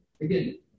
Again